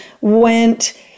went